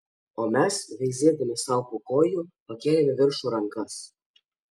o mes veizėdami sau po kojų pakėlėm į viršų rankas